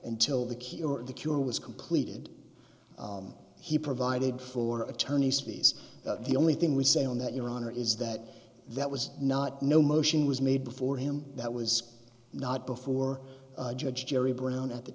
until the key or the cure was completed he provided for attorney's fees the only thing we say on that your honor is that that was not no motion was made before him that was not before judge jerry brown at the